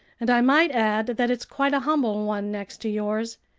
and i might add that it's quite a humble one next to yours.